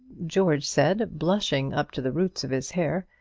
george said, blushing up to the roots of his hair.